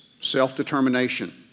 self-determination